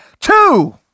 two